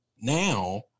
now